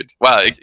wow